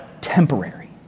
temporary